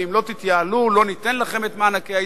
ואם לא תתייעלו לא ניתן לכם את מענקי האיזון.